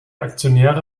aktionäre